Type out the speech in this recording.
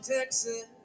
Texas